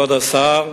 השר,